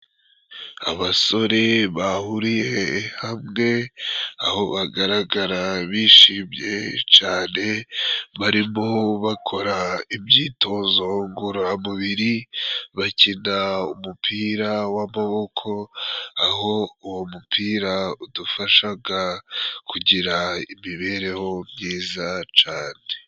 Abasore bahuriye hamwe, aho bagaragara bishimye cane, barimo bakora imyitozo ngororamubiri, bakina umupira w'amaboko, aho uwo mupira udufashaga kugira imibereho myiza cane.